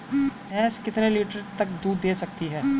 भैंस कितने लीटर तक दूध दे सकती है?